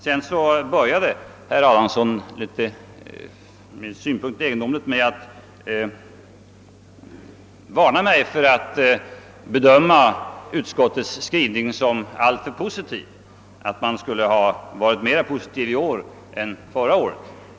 Herr Adamsson började med att varna mig för att bedöma utskottets skrivning såsom alltför positiv, d.v.s. mer positiv än förra årets skrivning.